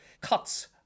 cuts